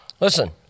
Listen